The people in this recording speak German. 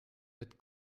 mit